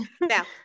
Now